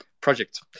project